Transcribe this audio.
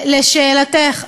לשאלתך,